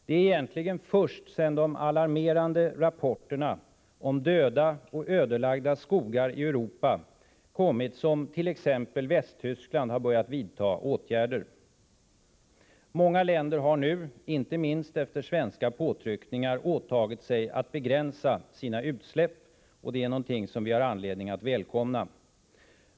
Det är egentligen först sedan de alarmerande rapporterna om döda och ödelagda skogar i Europa kommit som t.ex. Västtyskland har börjat vidta åtgärder. Många länder har nu, inte minst efter svenska påtryckningar, åtagit sig att begränsa sina utsläpp, och dessa åtgärder har vi anledning att välkomna.